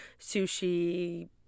sushi